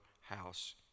house